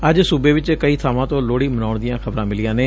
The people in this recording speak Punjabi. ਅੱਜ ਸੁਬੇ ਚ ਕਈ ਬਾਵਾਂ ਤੋਂ ਲੋਹੜੀ ਮਨਾਉਣ ਦੀਆਂ ਖ਼ਬਰਾਂ ਮਿਲੀਆਂ ਨੇ